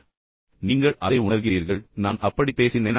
எனவே நீங்கள் அதை உணர்கிறீர்கள் நான் அப்படிப் பேசினேனா